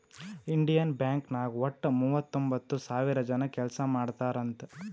Indian bank ನಾಗ್ ವಟ್ಟ ಮೂವತೊಂಬತ್ತ್ ಸಾವಿರ ಜನ ಕೆಲ್ಸಾ ಮಾಡ್ತಾರ್ ಅಂತ್